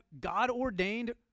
God-ordained